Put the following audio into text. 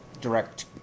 direct